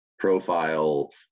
profile